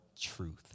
truth